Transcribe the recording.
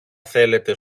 θέλετε